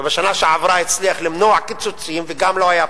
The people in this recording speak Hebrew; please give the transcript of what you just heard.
ובשנה שעברה הצליח למנוע קיצוצים וגם זה לא היה פשוט,